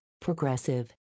progressive